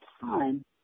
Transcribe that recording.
time